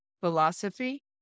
philosophy